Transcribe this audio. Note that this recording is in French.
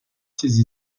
ses